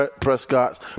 Prescott's